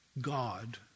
God